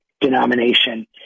denomination